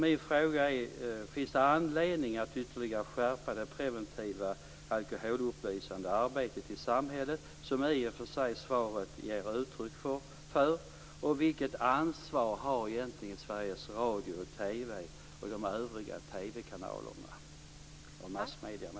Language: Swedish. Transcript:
Min fråga är: Finns det anledning att ytterligare skärpa det preventiva alkoholupplysande arbetet i samhället, som i och för sig svaret ger upptryck för, och vilket ansvar har egentligen Sveriges Radio och TV, de övriga TV-kanalerna och massmedierna?